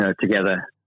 together